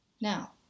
Now